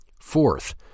Fourth